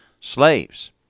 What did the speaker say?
slaves